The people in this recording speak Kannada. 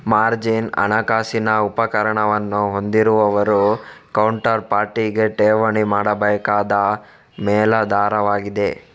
ಮಾರ್ಜಿನ್ ಹಣಕಾಸಿನ ಉಪಕರಣವನ್ನು ಹೊಂದಿರುವವರು ಕೌಂಟರ್ ಪಾರ್ಟಿಗೆ ಠೇವಣಿ ಮಾಡಬೇಕಾದ ಮೇಲಾಧಾರವಾಗಿದೆ